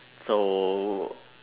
so